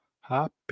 Happy